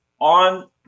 on